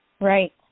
Right